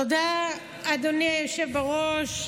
תודה, אדוני היושב בראש.